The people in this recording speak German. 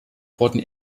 wurden